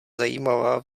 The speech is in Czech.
zajímavá